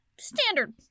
standard